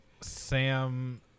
Sam